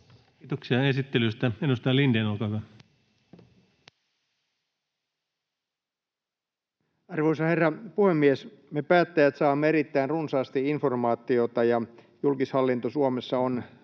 Kiitoksia esittelystä. — Edustaja Lindén, olkaa hyvä. Arvoisa herra puhemies! Me päättäjät saamme erittäin runsaasti informaatiota. Julkishallinto Suomessa on